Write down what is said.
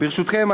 ברשותכם,